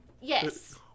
Yes